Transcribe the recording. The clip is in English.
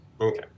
okay